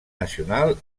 nacional